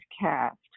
cast